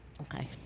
Okay